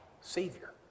Savior